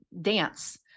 dance